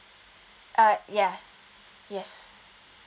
uh ya yes